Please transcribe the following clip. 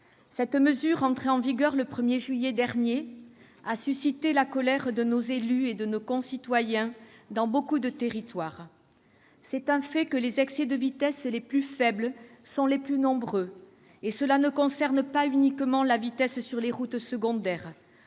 Cette mesure, entrée en vigueur le 1juillet dernier, a suscité la colère de nos élus et de nos concitoyens dans beaucoup de territoires. C'est un fait que les excès de vitesse les plus faibles sont les plus nombreux, et cela ne concerne pas uniquement la vitesse sur les routes secondaires.